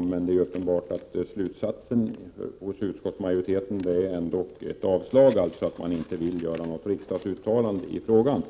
Men utskottsmajoritetens slutsats utmynnar ändå i ett yrkande om avslag — man vill inte göra något riksdagsuttalande i frågan.